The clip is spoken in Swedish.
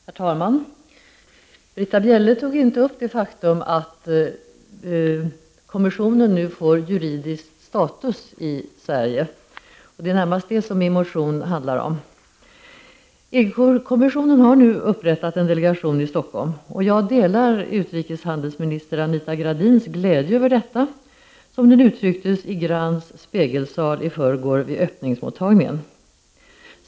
Herr talman! Britta Bjelle tog inte upp det faktum att kommissionen nu får status som juridisk person i Sverige; det är närmast det som min motion handlar om. EG-kommissionen har nu upprättat en delegation i Stockholm. Jag delar utrikeshandelsminister Anita Gradins glädje över detta, som den uttrycktes i Grands spegelsal i förrgår vid öppningsmottagningen.